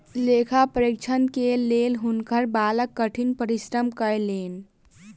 लेखा परीक्षक के लेल हुनकर बालक कठिन परिश्रम कयलैन